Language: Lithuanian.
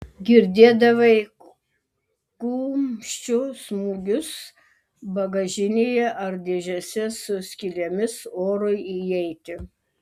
girdėdavai kumščių smūgius bagažinėje ar dėžėse su skylėmis orui įeiti